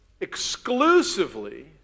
exclusively